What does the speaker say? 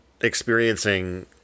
experiencing